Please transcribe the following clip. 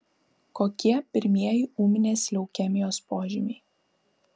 kokie pirmieji ūminės leukemijos požymiai